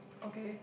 okay